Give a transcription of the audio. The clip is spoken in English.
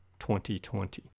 2020